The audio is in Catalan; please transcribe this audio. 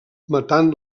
matant